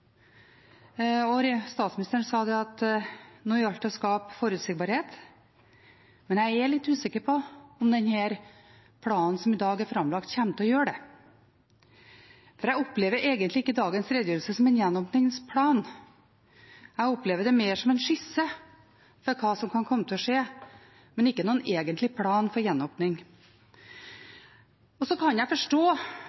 Statsministeren sa at nå gjaldt det å skape forutsigbarhet, men jeg er litt usikker på om denne planen som i dag er framlagt, kommer til å gi det. Jeg opplever egentlig ikke dagens redegjørelse som en gjenåpningsplan. Jeg opplever det mer som en skisse over hva som kan komme til å skje, men ikke noen egentlig plan for